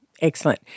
Excellent